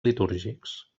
litúrgics